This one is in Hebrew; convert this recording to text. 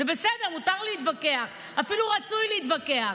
זה בסדר, מותר להתווכח, אפילו רצוי להתווכח,